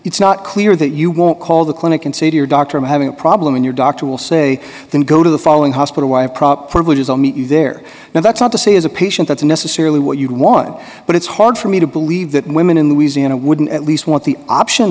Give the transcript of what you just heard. it's not clear that you won't call the clinic and say to your doctor i'm having a problem in your doctor will say then go to the following hospital privileges i'll meet you there now that's not to say as a patient that's necessarily what you want but it's hard for me to believe that women in the easy and it wouldn't at least want the option